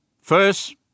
First